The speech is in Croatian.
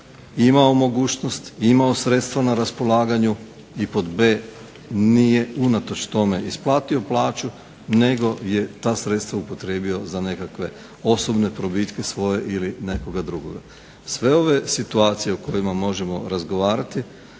imao mogućnost, imao sredstva na raspolaganju i pod B) nije unatoč tome isplatio plaću, nego je ta sredstva upotrijebio za nekakve osobne probitke svoje ili nekoga drugoga. Sve ove situacije o kojima možemo razgovarati